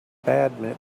badminton